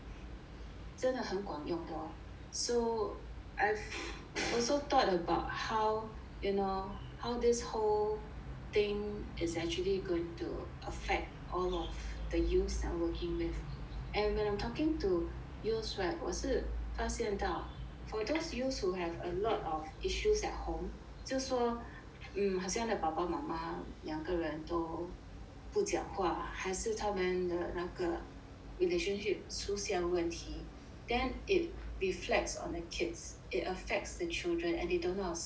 真的很管用 lor so I've also thought about how you know how this whole thing is actually going to affect all of the youths that I'm working with and when I'm talking to youths right 我是发现到 for those youths who have a lot of issues at home 就说 hmm 好像爸爸妈妈两个人都不讲话还是他们的那个 relationship 出现问题 then it reflects on the kids it affects the children and they don't know how to say